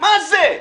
מה זה?